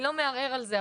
אני לא מערער על זה,